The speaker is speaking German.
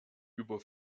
über